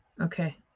Okay